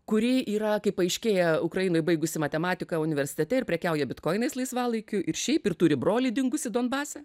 kuri yra kaip paaiškėja ukrainoj baigusi matematiką universitete ir prekiauja bitkoinais laisvalaikiu ir šiaip ir turi brolį dingusį donbase